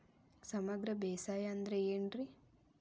ಸಮಗ್ರ ಬೇಸಾಯ ಅಂದ್ರ ಏನ್ ರೇ?